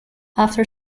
after